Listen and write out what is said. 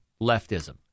leftism